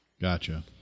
Gotcha